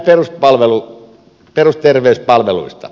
esimerkki perusterveyspalveluista